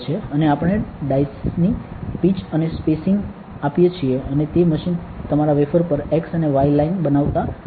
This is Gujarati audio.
અને આપણે ડિવાઇસની પિચ અને સ્પેસીંગ આપીએ છીએ અને તે મશીન તમારા વેફર પર x અને y લાઇન બનાવતા ફરશે